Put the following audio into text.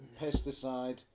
pesticide